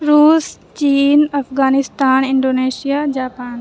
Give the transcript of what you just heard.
روس چین Afghanistan Indonesia Japan